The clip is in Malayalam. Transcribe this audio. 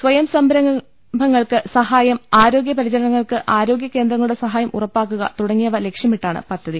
സ്വയം സംരംഭങ്ങൾക്ക് സഹായം ആരോഗ്യ പരി ചരണങ്ങൾക്ക് ആരോഗ്യ കേന്ദ്രങ്ങളുടെ സഹായം ഉറപ്പാക്കുക തുടങ്ങിയവ ലക്ഷ്യമിട്ടാണ് പദ്ധതി